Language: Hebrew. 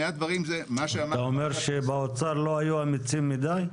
אתה אומר שבאוצר לא היו אמיצים מדי?